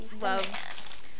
love